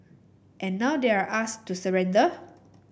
and now they're asked to surrender